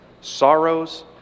sorrows